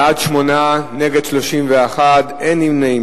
בעד, 8, נגד, 31, אין נמנעים.